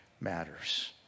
matters